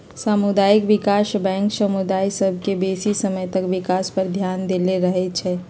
सामुदायिक विकास बैंक समुदाय सभ के बेशी समय तक विकास पर ध्यान देले रहइ छइ